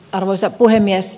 arvoisa puhemies